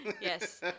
Yes